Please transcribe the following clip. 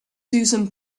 susan